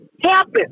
happen